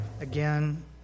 again